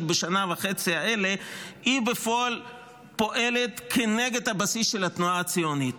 בשנה וחצי האלה היא בפועל פועלת כנגד הבסיס של התנועה הציונית,